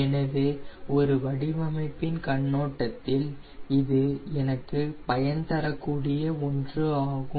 எனவே ஒரு வடிவமைப்பின் கண்ணோட்டத்தில் இது எனக்கு பயன்தரக்கூடிய ஒன்று ஆகும்